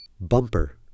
bumper